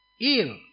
ill